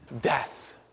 Death